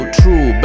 true